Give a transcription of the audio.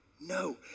No